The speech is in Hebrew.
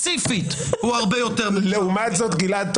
כפי שהיא כלשונה?